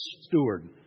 steward